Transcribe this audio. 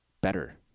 better